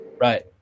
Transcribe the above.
right